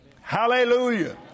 Hallelujah